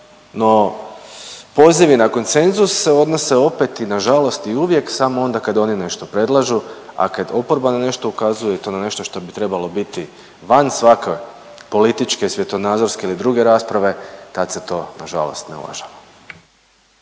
No pozivi na koncenzus se odnose opet i na žalost i uvijek samo onda kad oni nešto predlažu, a kad oporba na nešto ukazuje i to na nešto što bi trebalo biti van svake političke i svjetonazorske ili druge rasprave tad se to na žalost ne uvažava.